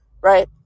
right